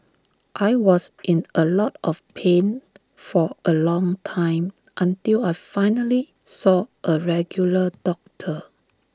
I was in A lot of pain for A long time until I finally saw A regular doctor